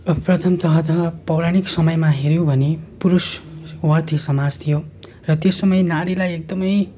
प्रथमतः त पौराणिक समयमा हेर्यौँ भने पुरुषार्थी समाज थियो र त्यो समय नारीलाई एकदमै